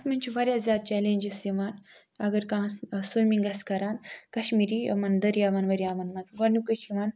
اَتھ مَنٛز چھُ واریاہ زیادٕ چیٚلینٛجِز یِوان اگر کانٛہہ سویمِنٛگ آسہِ کَران کشمیٖری یِمن دٔریاوَن ؤریاوَن مَنٛز گۄڈنیُکُے چھُ یِوان